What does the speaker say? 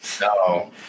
No